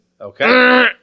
okay